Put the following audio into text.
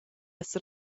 esser